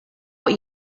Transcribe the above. what